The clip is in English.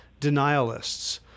denialists